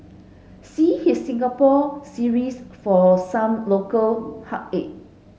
see his Singapore series for some local heartache